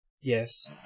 Yes